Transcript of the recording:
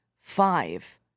Five